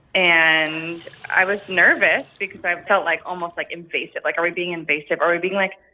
and i was nervous because i felt like almost, like, invasive. like, are we being invasive? are we being, like,